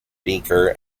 beaker